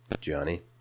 Johnny